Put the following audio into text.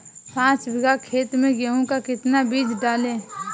पाँच बीघा खेत में गेहूँ का कितना बीज डालें?